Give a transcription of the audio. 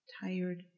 tired